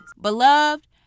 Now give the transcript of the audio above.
Beloved